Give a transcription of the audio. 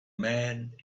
man